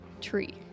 tree